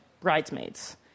Bridesmaids